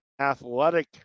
athletic